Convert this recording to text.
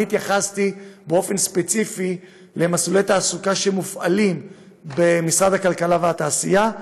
באופן ספציפי למסלולי תעסוקה שמופעלים במשרד הכלכלה והתעשייה.